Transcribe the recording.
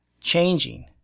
changing